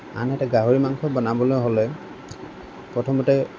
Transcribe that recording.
আনহাতে গাহৰি মাংস বনাবলৈ হ'লে প্ৰথমতে